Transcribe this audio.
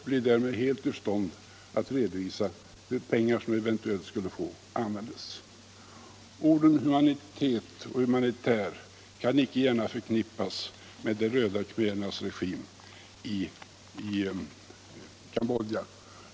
Orden humanitet och humanitär kan icke gärna förknippas med de röda khmerernas regim i Cambodja.